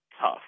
tough